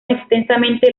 extensamente